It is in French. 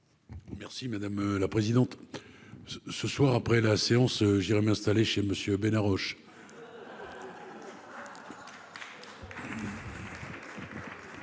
Merci madame la présidente. Ce soir, après la séance j'irai m'installer chez Monsieur